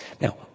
Now